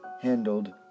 handled